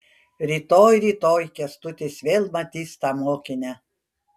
rytoj rytoj kęstutis vėl matys tą mokinę